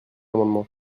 amendements